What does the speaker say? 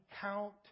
count